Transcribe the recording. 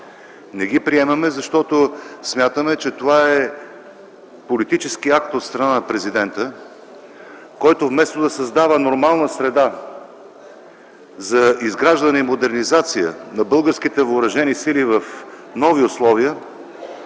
Не ги приемаме, защото смятаме, че това е политически акт от страна на президента, който, вместо да създава нормална среда за изграждане и модернизация на българските въоръжени сили в нови условия,